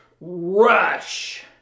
rush